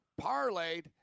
Parlayed